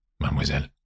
mademoiselle